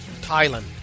Thailand